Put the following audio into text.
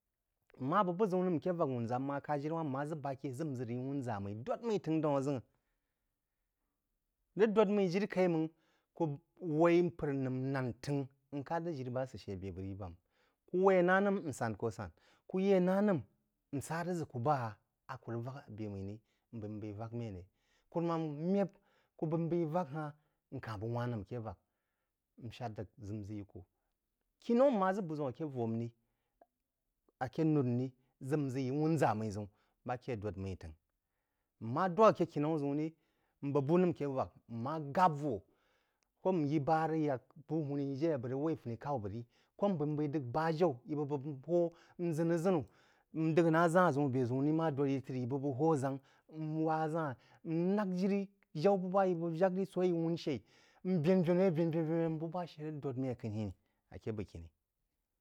Mmá bəg buʒəu nəm aké vak wunʒa mmí má kád jiri wān mmá ʒə ba ké nʒə rəg yí wunʒa mmí, dōd mmí t’ən daún aʒəngh. Rəg dōd mmí jiri kaí máng ku waí mpaər nəm ńn t’əngh n kád ʒə jiri bá sə shə bə bəgri bam, kú we-í na nəm n sán kō sán, ku yé na nəm nsa rəg ʒə kú ba aku rəg vak a be mmí rí n b’eí n b’eí n b’eí vak nán nka bəg wán nəm aké vak n shad ʒə nʒə yi ku. Kinaú mma ʒə buʒəun nke vō mmí rí, aké nnor mmí rí n n ʒə n ʒə yi wúnʒa mmí ʒəun bá ké dōd-mí təngh. Mma dwak aké kinaú ʒəun rí, n bəg bú nəm ake vək mma gab-vo kō nyi ba rəg yak bu-hūní jé a bəg rəg wai funí k’au bəg ri, kō m b’əí waí ba-jaú í bəg bəg hō nʒəu-aʒənu n d’əg na ʒán ʒəun abé ʒəun rí má dōd yi trí í bəg bəg hō ʒangk, n wá ʒan n lál jiri jaú bəg ba í bəg bak jak rí so í bəg bəg wǔn-shaí, n vēn-venu yeí n vén-vén bú bá shə rəg dōd mmí ake bəgkiní.